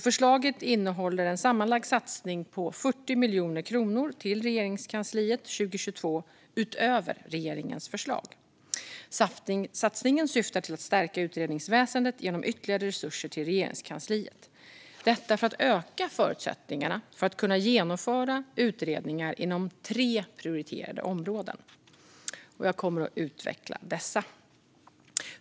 Förslaget innehåller en sammanlagd satsning på 40 miljoner kronor till Regeringskansliet 2022, utöver regeringens förslag. Satsningen syftar till att stärka utredningsväsendet genom ytterligare resurser till Regeringskansliet, detta för att öka förutsättningarna att genomföra utredningar inom tre prioriterade områden. Jag kommer att utveckla dessa.